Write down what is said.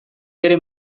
bere